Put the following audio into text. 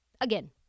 again